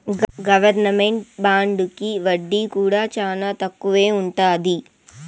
government బాండుకి వడ్డీ కూడా చానా తక్కువే ఉంటది